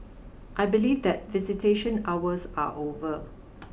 I believe that visitation hours are over